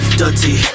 dirty